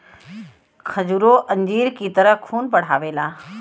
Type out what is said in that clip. खजूरो अंजीर की तरह खून बढ़ावेला